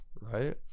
right